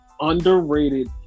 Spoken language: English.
underrated